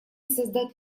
создать